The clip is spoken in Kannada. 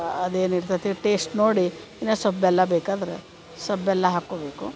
ಅದೇನು ಇರ್ತತ್ತಿ ಟೇಸ್ಟ್ ನೋಡಿ ಇನ್ನ ಸೊಲ್ಪ ಬೆಲ್ಲ ಬೇಕಾದ್ರೆ ಸೊಪ್ಪ ಬೆಲ್ಲ ಹಾಕೊಬೇಕು